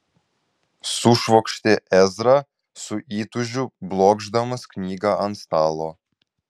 sušvokštė ezra su įtūžiu blokšdamas knygą ant stalo